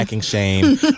shame